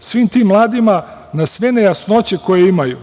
svim tim mladima na sve nejasnoće koje imaju,